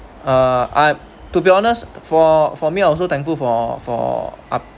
uh I to be honest for for me also thankful for for a